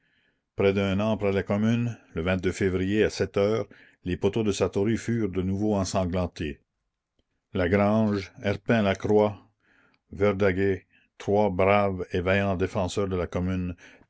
près d'un an après la commune le février à sept heures les poteaux de satory furent de nouveau ensanglantés lagrange herpin lacroix verdaguer trois braves et vaillants défenseurs de la commune